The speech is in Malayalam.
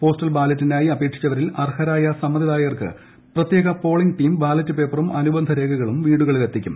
പോസ്റ്റൽ ബാലറ്റിനായി അപേക്ഷിച്ചവരിൽ അർഹരായ സമ്മതിദായകർക്ക് പ്രത്യേക പോളിങ് ടീം ബാലറ്റ് പേപ്പറും അനുബന്ധ രേഖകളും വീടുകളിലെത്തിക്കും